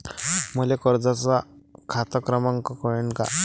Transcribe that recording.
मले कर्जाचा खात क्रमांक कळन का?